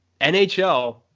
NHL